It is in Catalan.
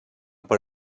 per